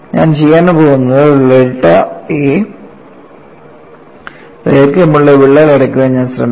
ഞാൻ ചെയ്യാൻ പോകുന്നത് ഡെൽറ്റ a ദൈർഘ്യമുള്ള വിള്ളൽ അടയ്ക്കാൻ ഞാൻ ശ്രമിക്കും